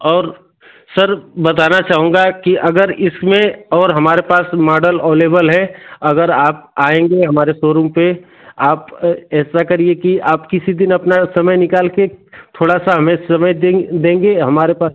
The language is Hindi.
और सर बताना चाहूँगा कि अगर इसमें और हमारे पास माडल अवलेबल है अगर आप आएँगे हमारे सोरूम पर आप ऐसा करिए कि आप किसी दिन अपना समय निकाल कर थोड़ा सा हमें समय देंगे हमारे पास